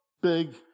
big